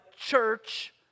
church